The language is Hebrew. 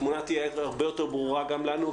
התמונה תהיה הרבה יותר ברור גם לנו,